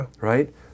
Right